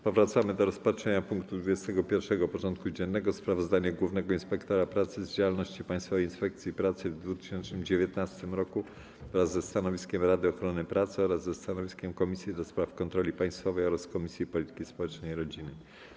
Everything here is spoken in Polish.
Powracamy do rozpatrzenia punktu 21. porządku dziennego: Sprawozdanie Głównego Inspektora Pracy z działalności Państwowej Inspekcji Pracy w 2019 r. wraz ze stanowiskiem Rady Ochrony Pracy oraz ze stanowiskiem Komisji do Spraw Kontroli Państwowej oraz Komisji Polityki Społecznej i Rodziny.